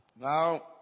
Now